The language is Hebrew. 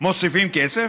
מוסיפים כסף,